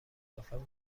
کلافمون